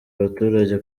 abaturage